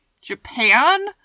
Japan